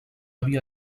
havia